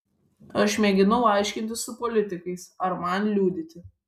aš mėginau aiškintis su politikais ar man liudyti